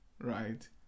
right